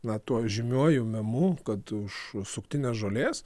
na tuo žymiuoju memu kad už suktinę žolės